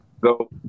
go